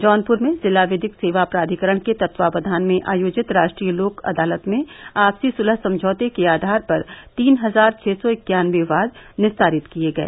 जौनपुर में जिला विधिक सेवा प्राधिकरण के तत्वावधान में आयोजित राष्ट्रीय लोक अदालत में आपसी सुलह समझौते के आधार पर तीन हजार छः सौ इक्यानवे वाद निस्तारित किये गए